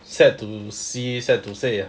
sad to see sad to say